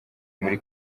muri